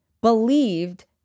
believed